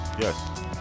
Yes